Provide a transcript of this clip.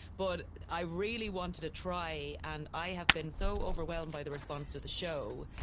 but i really wanted to try. and i have been so overwhelmed by the response to the show,